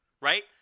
right